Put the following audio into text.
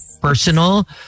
personal